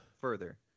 further